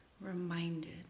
reminded